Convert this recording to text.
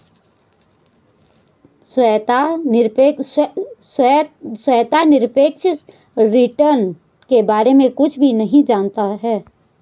श्वेता निरपेक्ष रिटर्न के बारे में कुछ भी नहीं जनता है